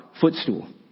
footstool